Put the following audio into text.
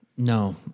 No